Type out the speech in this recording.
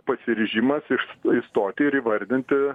pasiryžimas išstoti ir įvardinti